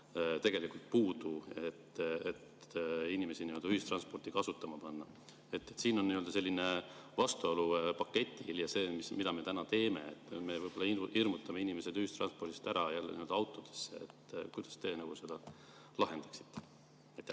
tegelikult puudu, et inimesi ühistransporti kasutama panna. Siin on selline vastuolu paketi ja selle vahel, mida me praegu teeme. Me hirmutame inimesed ühistranspordist ära autodesse. Kuidas teie seda lahendaksite?